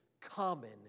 common